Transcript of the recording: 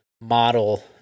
model